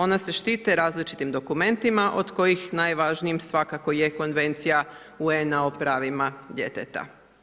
Ona se štite različitim dokumentima, od kojim najvažnijim svakako je konvencija UN-a o pravima djeteta.